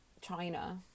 China